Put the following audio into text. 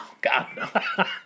God